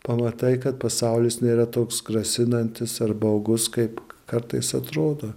pamatai kad pasaulis nėra toks grasinantis ar baugus kaip kartais atrodo